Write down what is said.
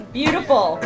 beautiful